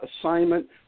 assignment